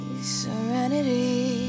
serenity